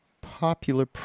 Popular